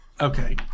Okay